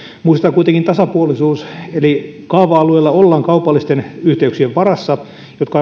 muistetaan kuitenkin tasapuolisuus eli kaava alueilla ollaan kaupallisten yhteyksien varassa jotka